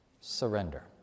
Surrender